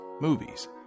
Movies